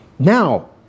Now